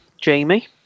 Jamie